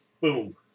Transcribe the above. boom